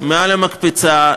מעל המקפצה,